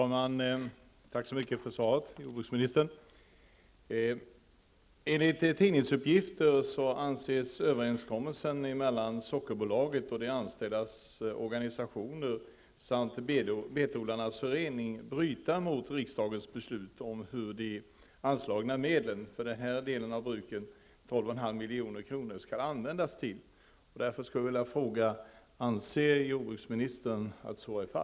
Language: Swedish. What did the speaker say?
Fru talman! Tack så mycket för svaret, jordbruksministern. Enligt tidningsuppgifter anses den överenskommelse som har träffats mellan Sockerbolaget, de organisationer som de anställda tillhör samt Betodlarnas förening bryta mot riksdagens beslut om hur anslagna medel för den här delen av bruken, dvs. 12,5 milj.kr., skall användas.